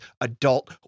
adult